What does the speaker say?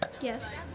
Yes